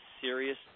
serious